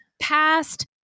past